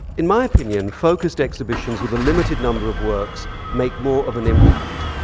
in my opinion, focused exhibitions with a limited number of works make more of an impact.